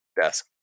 desk